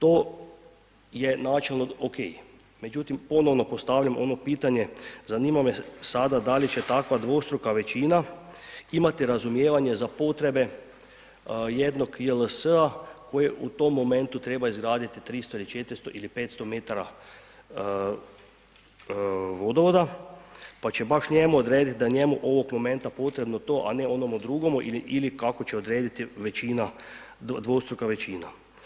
To je načelno OK, međutim ponovno postavljam ono pitanje, zanima me sada da li će takva dvostruka većina imati razumijevanje za potrebe jednog JLS-a koji u tom momentu treba izgraditi 300 ili 400 ili 500 metara vodovoda pa će baš njemu odredit da je njemu ovog momenta potrebno to, a ne onome drugom ili kako će odrediti većina, dvostruka većina.